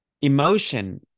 Emotion